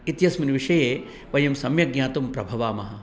इत्यस्मिन् विषये वयं सम्यक् ज्ञातुं प्रभवामः